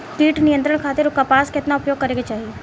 कीट नियंत्रण खातिर कपास केतना उपयोग करे के चाहीं?